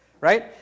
right